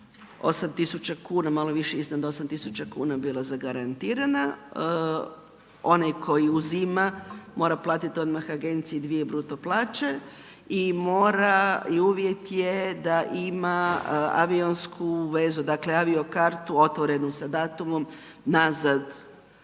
tisuća kuna, malo više iznad 8 tisuća kuna bila zagarantirana. Onaj koji uzima, mora platiti odmah agenciji dvije bruto plaće i mora, uvjet je da ima avionsku vezu, dakle avio kartu otvorenu sa datumom nazad